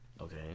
Okay